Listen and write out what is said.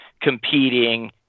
competing